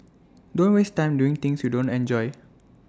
don't waste time doing things you don't enjoy